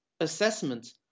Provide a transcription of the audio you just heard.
assessment